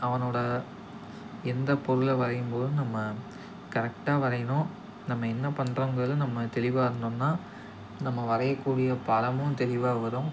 அவனோடய எந்த பொருளை வரையும்போதும் நம்ம கரெக்டாக வரையணும் நம்ம என்ன பண்ணுறோங்கிறதுல நம்ம தெளிவாக இருந்தோம்ன்னால் நம்ம வரையக்கூடிய படமும் தெளிவாக வரும்